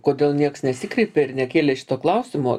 kodėl nieks nesikreipė ir nekėlė šito klausimo